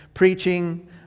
Preaching